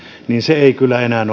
niin se ei kyllä enää